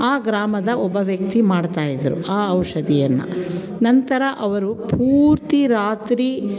ಆ ಗ್ರಾಮದ ಒಬ್ಬ ವ್ಯಕ್ತಿ ಮಾಡ್ತಾ ಇದ್ದರು ಆ ಔಷಧಿಯನ್ನು ನಂತರ ಅವರು ಪೂರ್ತಿ ರಾತ್ರಿ